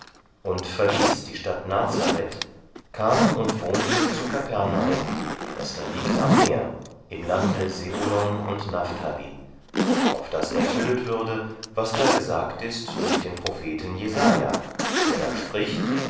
und verließ die stadt nazareth kam und wohnte zu kapernaum das da liegt am meer im lande sebulon und naphthali auf das erfüllet würde was da gesagt ist durch den propheten jesaja der da spricht